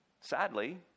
Sadly